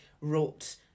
wrote